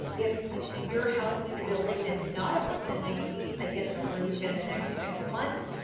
if you're housed in a building that's not among the nineteen that gets a roof in the next six months,